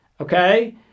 Okay